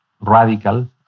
radical